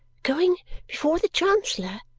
going before the chancellor?